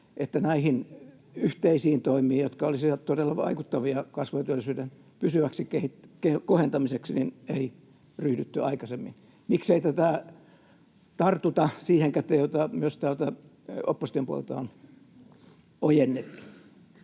niin näihin yhteisiin toimiin, jotka olisivat todella vaikuttavia kasvun ja työllisyyden pysyväksi kohentamiseksi, ei ryhdytty aikaisemmin. Miksei tartuta siihen käteen, jota myös täältä opposition puolelta on ojennettu?